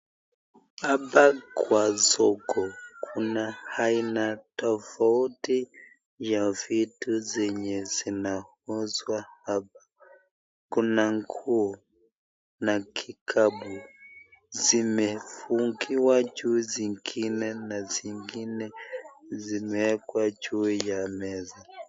Hapa Kwa soko kuna aina tofauti tofouti ya vitu zenye sinauzwa hapa Kuna nguo na kikapu zimefungiwa juu ingine na zingine zimewekwa juu ya meza.